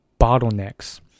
bottlenecks